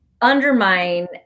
undermine